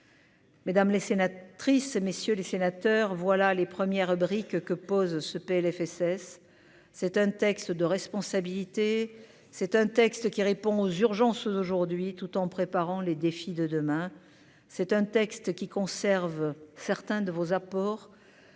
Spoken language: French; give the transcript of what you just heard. Mesdames les sénatrices, messieurs les sénateurs, voilà les premières briques que pose ce PLFSS c'est un texte de responsabilité, c'est un texte qui répond aux urgences aujourd'hui tout en préparant les défis de demain, c'est un texte qui conserve certains de vos apports